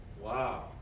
Wow